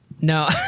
No